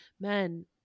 men